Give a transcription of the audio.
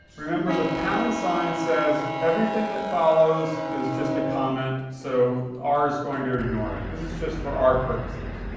remember the pound sign says everything that follows is just a comment, so r is going to ignore it. this is just for r purposes.